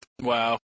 Wow